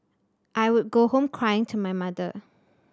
I would go home crying to my mother